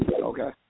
Okay